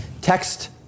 text